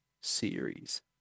series